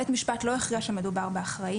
בית משפט לא יכריע שמדובר באחראי